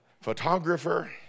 photographer